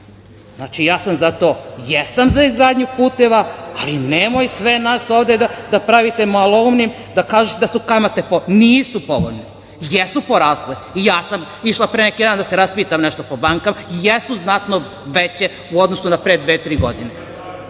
ide. Znači, ja sam za to, jesam za izgradnju puteva, ali nemoj sve nas ovde da pravite maloumnim, da kažete da su kamate povoljne. Nisu povoljne. Jesu porasle. I ja sam išla pre neki dan da se raspitam nešto po bankama, i jesu znatno veće u odnosu na pre dve, tri godine,